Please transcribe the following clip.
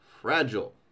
fragile